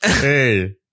Hey